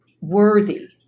worthy